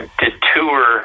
detour